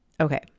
Okay